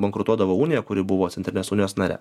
bankrutuodavo unija kuri buvo centrinės unijos nare